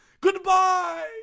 Goodbye